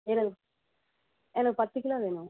எனக்கு எனக்கு பத்து கிலோ வேணும்